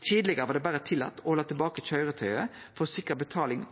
Tidlegare var det berre tillate å halde tilbake køyretøyet for å sikre betaling